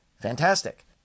fantastic